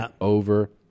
over